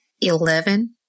Eleven